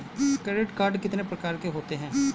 Credit card कितने प्रकार के होते हैं?